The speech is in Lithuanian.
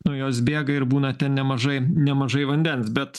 nuo jos bėga ir būna ten nemažai nemažai vandens bet